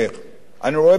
אני רואה בזה דבר